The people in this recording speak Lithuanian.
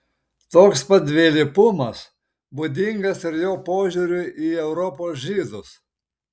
toks pat dvilypumas būdingas ir jo požiūriui į europos žydus